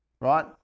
right